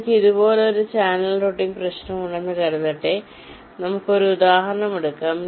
എനിക്ക് ഇതുപോലൊരു channel routing പ്രശ്നമുണ്ടെന്ന് കരുതട്ടെ നമുക്ക് ഒരു ഉദാഹരണം എടുക്കാം